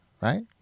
right